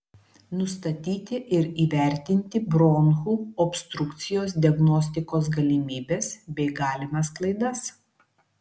nustatyti ir įvertinti bronchų obstrukcijos diagnostikos galimybes bei galimas klaidas